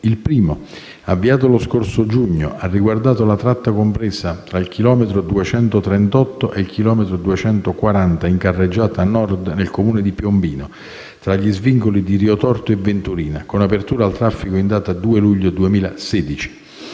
il primo, avviato lo scorso giugno, ha riguardato la tratta compresa dal chilometro 238 al chilometro 240 in carreggiata nord nel Comune di Piombino, tra gli svincoli di Riotorto e Venturina, con apertura al traffico in data 2 luglio 2016;